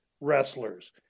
wrestlers